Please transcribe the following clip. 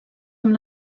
amb